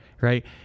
right